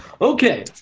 Okay